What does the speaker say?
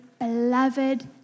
beloved